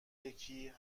یکی